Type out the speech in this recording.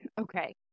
Okay